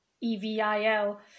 EVIL